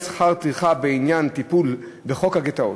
שכר טרחה בעניין טיפול ב"חוק הגטאות".